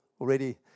already